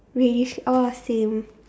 reddish oh same